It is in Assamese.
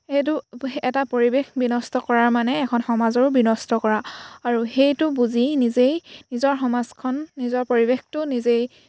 সেইটো এটা পৰিৱেশ বিনষ্ট কৰাৰ মানে এখন সমাজৰো বিনষ্ট কৰা আৰু সেইটো বুজি নিজেই নিজৰ সমাজখন নিজৰ পৰিৱেশটো নিজেই